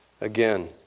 Again